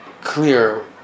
clear